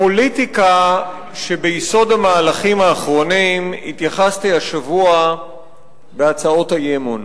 לפוליטיקה שביסוד המהלכים האחרונים התייחסתי השבוע בהצעות האי-אמון,